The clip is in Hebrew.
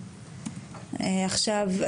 עכשיו,